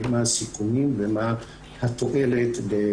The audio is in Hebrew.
מה הסיכונים ומה התועלת בבדיקה בהרדמה כללית.